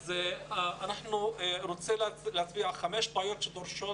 אני רוצה להציע חמש בעיות שדורשות